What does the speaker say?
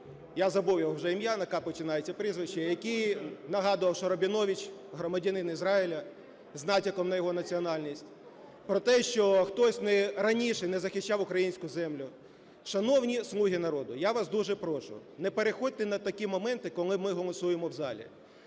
я забув вже його ім'я, на "К" починається прізвище, який нагадував, що Рабінович громадянин Ізраїлю, з натяком на його національність, про те, що хтось раніше не захищав українську землю. Шановні "Слуги народу", я вас дуже прошу, не переходьте на такі моменти, коли ми голосуємо в залі.